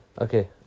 Okay